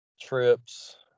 trips